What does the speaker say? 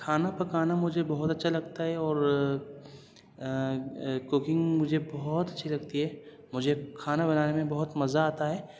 کھانا پکانا مجھے بہت اچھا لگتا ہے اور کوکنگ مجھے بہت اچھی لگتی ہے مجھے کھانا بنانے میں بہت مزا آتا ہے